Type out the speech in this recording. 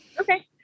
Okay